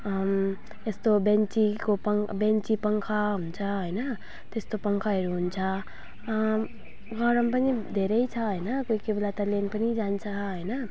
यस्तो बेन्चीको पङ बेन्ची पङ्खा हुन्छ होइन त्यस्तो पङ्खाहरू हुन्छ गरम पनि धेरै छ होइन कोही कोही बेला त लाइन पनि जान्छ होइन